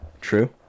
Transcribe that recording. True